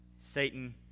Satan